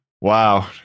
Wow